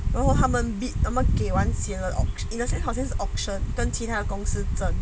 然后他们 bid 他们给完钱了他们好像 auction 跟其他公司争